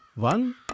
One